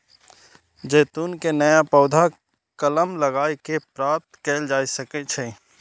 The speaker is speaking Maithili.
जैतून के नया पौधा कलम लगाए कें प्राप्त कैल जा सकै छै